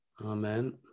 Amen